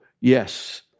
yes